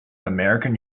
american